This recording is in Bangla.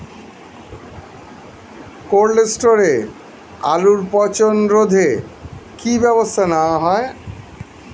কোল্ড স্টোরে আলুর পচন রোধে কি ব্যবস্থা নেওয়া হয়?